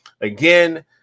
again